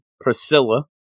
Priscilla